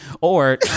Or-